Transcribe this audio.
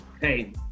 Hey